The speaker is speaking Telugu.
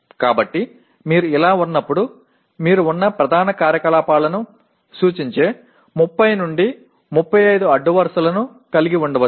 కాబట్టి మీరు ఇలా ఉన్నప్పుడు మీరు అన్ని ప్రధాన కార్యకలాపాలను సూచించే 30 నుండి 35 అడ్డు వరుసలను కలిగి ఉండవచ్చు